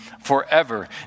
forever